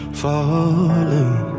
falling